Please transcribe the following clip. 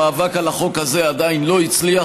המאבק על החוק הזה עדיין לא הצליח,